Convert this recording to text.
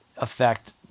affect